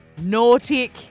Nautic